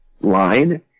line